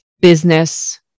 business